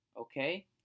okay